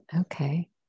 Okay